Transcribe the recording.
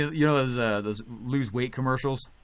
yeah those those lose weight commercials?